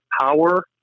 power